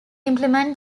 implement